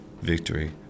victory